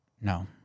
No